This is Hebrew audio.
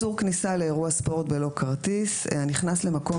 איסור כניסה לאירוע ספורט בלא כרטיס 16ג. הנכנס למקום